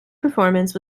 performance